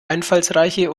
einfallsreiche